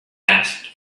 asked